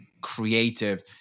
creative